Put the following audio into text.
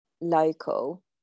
local